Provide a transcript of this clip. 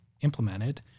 implemented